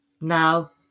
Now